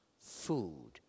food